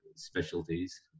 specialties